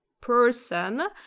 person